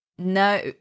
No